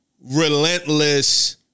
relentless